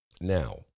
now